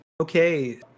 Okay